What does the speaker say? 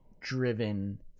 driven